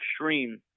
extreme